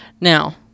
Now